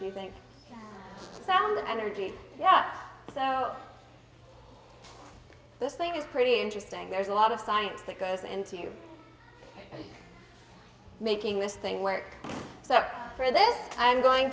you think sound energy yeah so this thing is pretty interesting there's a lot of science that goes into making this thing work so for this i'm going